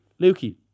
Luki